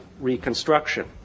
reconstruction